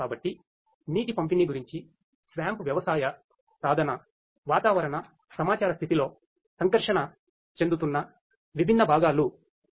కాబట్టి నీటి పంపిణీ గురించి SWAMP వ్యవసాయ సాధన వాతావరణ సమాచార స్థితితో సంకర్షణ చెందుతున్న విభిన్న భాగాలు ఇవి